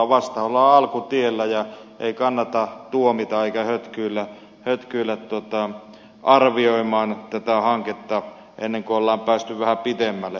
vastahan ollaan alkutiellä ja ei kannata tuomita eikä hötkyillä arvioimaan tätä hanketta ennen kuin on päästy vähän pitemmälle